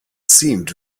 seemed